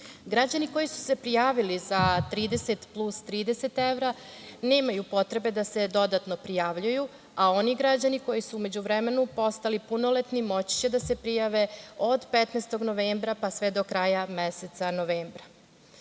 evra. Građani koji su se prijavili za 30 plus 30 evra nemaju potrebe da se dodatno prijavljuju, a oni građani koji su u međuvremenu postali punoletni moći će da se prijave od 15. novembra pa sve do kraja meseca novembra.